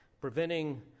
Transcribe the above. preventing